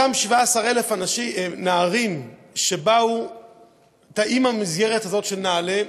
אותם 17,000 נערים שבאו במסגרת הזאת של נעל"ה